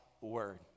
Word